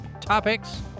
topics